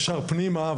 פנימה,